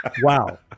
wow